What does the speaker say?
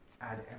Add